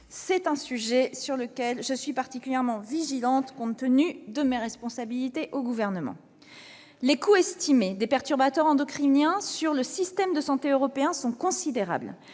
C'est un sujet sur lequel je suis particulièrement vigilante, compte tenu de mes responsabilités gouvernementales. Les coûts estimés des perturbateurs endocriniens sur le système de santé européen sont considérables,